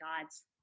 God's